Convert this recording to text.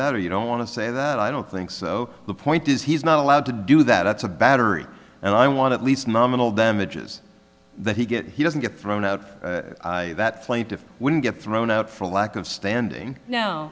that or you don't want to say that i don't think so the point is he's not allowed to do that that's a battery and i want at least nominal damages that he get he doesn't get thrown out that plaintiff wouldn't get thrown out for lack of standing